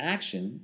Action